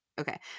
okay